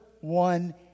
one